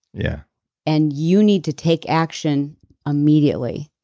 yeah and you need to take action immediately.